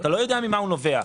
לא יודעים ממה הוא נובע.